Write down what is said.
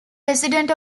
resident